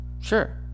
Sure